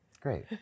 Great